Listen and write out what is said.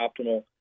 optimal